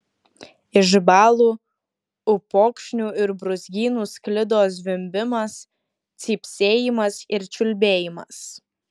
iš balų upokšnių ir brūzgynų sklido zvimbimas cypsėjimas ir čiulbėjimas